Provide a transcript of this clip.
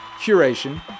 Curation